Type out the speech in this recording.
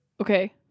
Okay